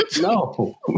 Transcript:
no